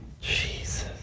Jesus